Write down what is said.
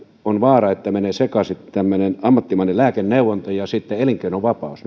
on vaara että menevät sekaisin tämmöinen ammattimainen lääkeneuvonta ja elinkeinovapaus